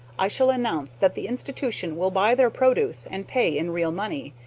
i shall announce that the institution will buy their produce and pay in real money,